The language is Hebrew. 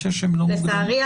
לצערי,